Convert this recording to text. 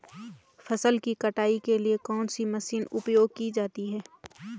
फसल की कटाई के लिए कौन सी मशीन उपयोग की जाती है?